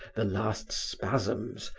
the last spasms,